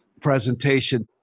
presentation